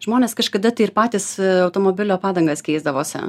žmonės kažkada tai ir patys automobilio padangas keisdavosi